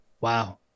Wow